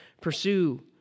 pursue